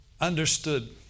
understood